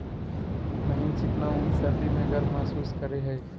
महीन चिकना ऊन सर्दी में गर्म महसूस करेय हइ